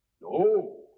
No